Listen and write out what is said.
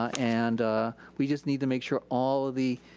and we just need to make sure all the,